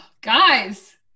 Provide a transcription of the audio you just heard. guys